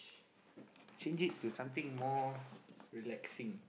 change it to something more relaxing